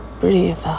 breathe